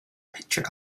picture